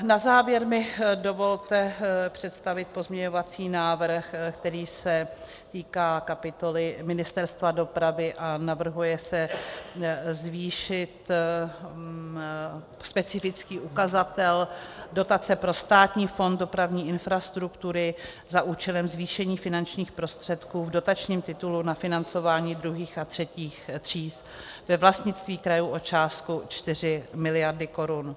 Na závěr mi dovolte představit pozměňovací návrh, který se týká kapitoly Ministerstva dopravy, a navrhuje se zvýšit specifický ukazatel dotace pro Státní fond dopravní infrastruktury za účelem zvýšení finančních prostředků v dotačním titulu na financování silnic druhých a třetích tříd ve vlastnictví krajů o částku 4 mld. Kč.